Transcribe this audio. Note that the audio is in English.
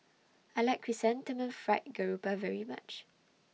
I like Chrysanthemum Fried Garoupa very much